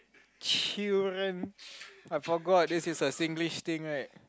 children I forgot this is a Singlish thing right